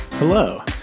Hello